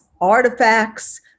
artifacts